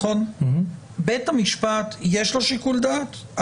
לבית המשפט יש שיקול דעת?